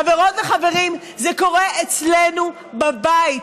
חברות וחברים, זה קורה אצלנו בבית.